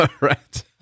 right